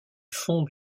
fonde